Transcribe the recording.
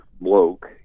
Bloke